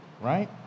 right